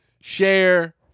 share